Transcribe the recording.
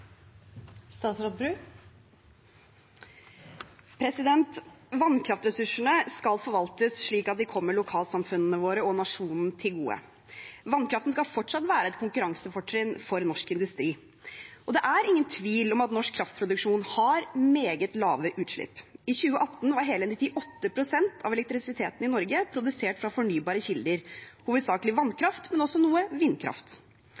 Vannkraftressursene skal forvaltes slik at de kommer lokalsamfunnene våre og nasjonen til gode. Vannkraften skal fortsatt være et konkurransefortrinn for norsk industri. Det er ingen tvil om at norsk kraftproduksjon har meget lave utslipp. I 2018 var hele 98 pst. av elektrisiteten i Norge produsert fra fornybare kilder – hovedsakelig vannkraft, men også noe vindkraft.